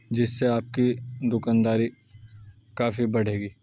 جس سے آپ کی دکانداری کافی بڑھے گی